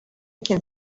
can